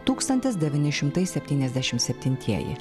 tūkstantis devyni šimtai septyniasdešimt septintieji